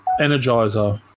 Energizer